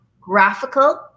graphical